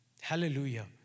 Hallelujah